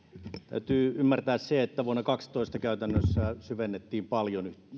täytyy ymmärtää se että vuonna kaksitoista käytännössä kuitenkin syvennettiin paljon